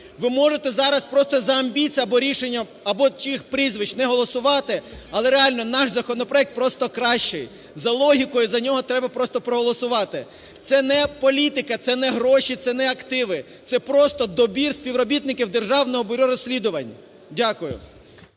Ви можете зараз просто із-за амбіцій або рішення… або чиїх прізвищ не голосувати, але реально наш законопроект просто кращий. За логікою за нього треба просто проголосувати. Це не політика, це не гроші, це не активи, це просто добір співробітників Державного бюро розслідувань. Дякую.